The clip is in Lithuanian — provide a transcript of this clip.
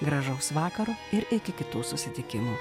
gražaus vakaro ir iki kitų susitikimų